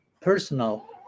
personal